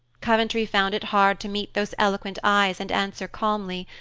coventry found it hard to meet those eloquent eyes and answer calmly,